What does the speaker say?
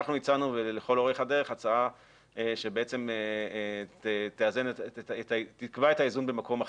אנחנו הצענו לכל אורך הדרך הצעה שתקבע את האיזון במקום אחר.